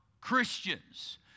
Christians